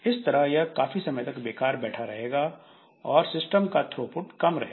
इस तरह यह काफी समय तक बेकार बैठा रहेगा और सिस्टम का थ्रोपुट कम रहेगा